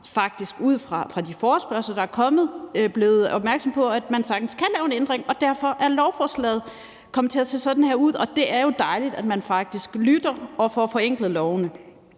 faktisk ud fra de forespørgsler, der er kommet, blevet opmærksom på, at man sagtens kan lave en ændring. Derfor er lovforslaget kommet til at se sådan her ud, og det er jo dejligt, at man faktisk lytter og får forenklet lovene.